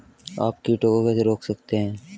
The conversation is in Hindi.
आप कीटों को कैसे रोक सकते हैं?